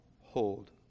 hold